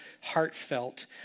heartfelt